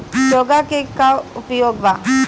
चोंगा के का उपयोग बा?